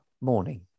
morning